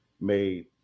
made